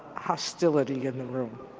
hostility in the room.